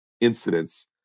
incidents